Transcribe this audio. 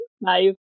nice